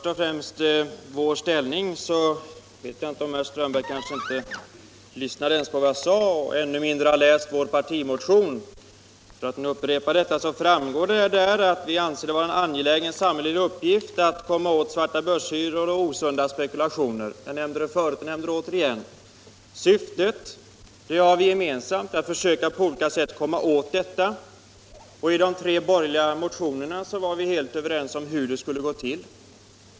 Herr talman! Jag vet inte om herr Strömberg i Botkyrka lyssnade på vad jag sade eller om han har läst vår partimotion. Där framgår emellertid att vi anser det vara en angelägen samhällelig uppgift att komma åt svartabörshyror och osunda spekulationer. Jag nämnde det förut och nämner det åter. Vi har det gemensamma syftet att på olika sätt försöka komma åt detta. I de tre borgerliga motionerna var vi helt överens om hur det skulle gå till.